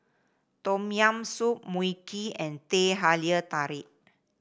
Tom Yam Soup Mui Kee and Teh Halia Tarik